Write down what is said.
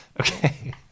Okay